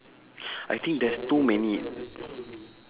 I think there's too many